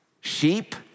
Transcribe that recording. sheep